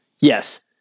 Yes